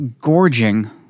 gorging